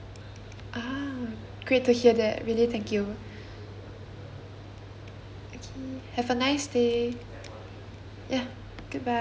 ah great to hear that really thank you okay have a nice day ya goodbye